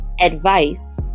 advice